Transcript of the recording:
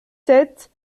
sept